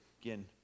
again